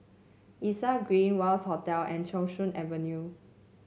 Elias Green Wangz Hotel and Thong Soon Avenue